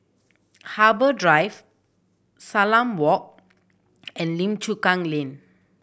Harbour Drive Salam Walk and Lim Chu Kang Lane